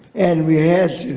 and we had to.